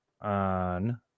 on